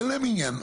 אין להם עניין,